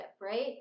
right